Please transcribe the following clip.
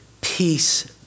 peace